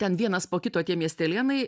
ten vienas po kito tie miestelėnai